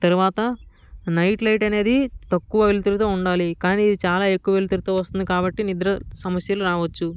తరువాత night light అనేది తక్కువ వెలుతురుతో ఉండాలి కాని ఇది చాలా ఎక్కువ వెలుతురుతో వస్తుంది కాబట్టి నిద్ర సమస్యలు రావచ్చు